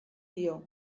dio